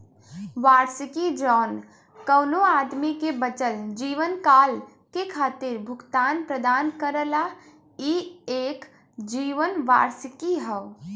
वार्षिकी जौन कउनो आदमी के बचल जीवनकाल के खातिर भुगतान प्रदान करला ई एक जीवन वार्षिकी हौ